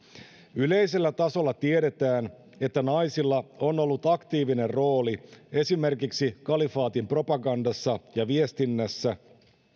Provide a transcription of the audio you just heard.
yleisellä tasolla tiedetään että naisilla on ollut aktiivinen rooli esimerkiksi kalifaatin propagandassa ja viestinnässä